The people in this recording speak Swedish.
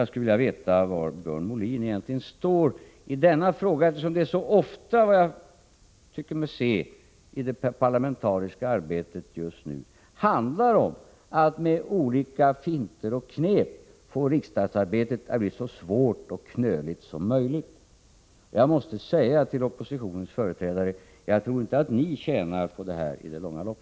Jag skulle vilja veta var Björn Molin egentligen står i denna fråga, eftersom det så ofta, tycker jag mig se, i det parlamentariska arbetet just nu handlar om att med olika finter och knep få riksdagsarbetet att bli så svårt och knöligt som möjligt. Jag måste säga till oppositionens företrädare: Jag tror inte att ni tjänar på detta i längden.